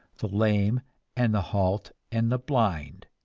the lame and the halt and the blind.